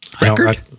Record